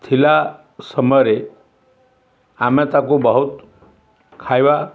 ଥିଲା ସମୟରେ ଆମେ ତାକୁ ବହୁତ ଖାଇବା